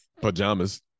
pajamas